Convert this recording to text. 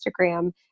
Instagram